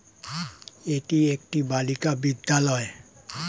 এটি একটি বালিকা বিদ্যালয়